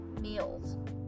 meals